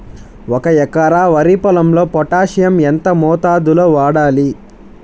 ఒక ఎకరా వరి పొలంలో పోటాషియం ఎంత మోతాదులో వాడాలి?